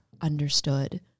understood